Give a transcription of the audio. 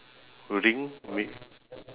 ring m~